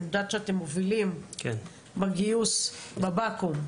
אני יודעת שאתם מובילים בגיוס בבקו"ם.